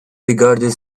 regarded